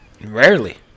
Rarely